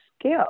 skill